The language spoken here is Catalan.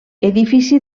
edifici